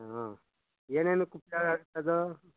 ಹಾಂ ಏನೇನಕ್ಕೆ ಉಪಯೋಗ ಆಗತ್ತದು